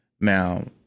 Now